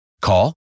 Call